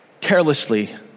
carelessly